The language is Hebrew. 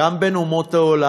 גם בין אומות העולם.